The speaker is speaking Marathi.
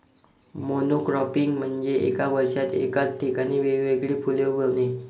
मोनोक्रॉपिंग म्हणजे एका वर्षात एकाच ठिकाणी वेगवेगळी फुले उगवणे